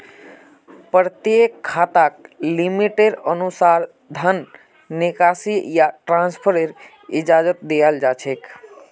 प्रत्येक खाताक लिमिटेर अनुसा र धन निकासी या ट्रान्स्फरेर इजाजत दीयाल जा छेक